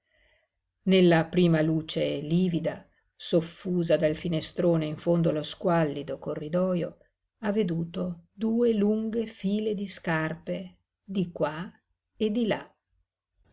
nella prima luce livida soffusa dal finestrone in fondo allo squallido corridojo ha veduto due lunghe file di scarpe di qua e di là